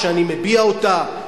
שאני מביע אותה?